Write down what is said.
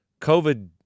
covid